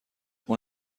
اون